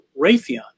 Raytheon